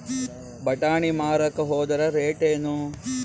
ಬಟಾನಿ ಮಾರಾಕ್ ಹೋದರ ರೇಟೇನು?